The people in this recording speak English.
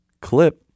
clip